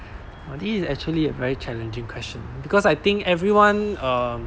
!wah! this is actually a very challenging question because I think everyone um